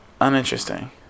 Uninteresting